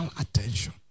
attention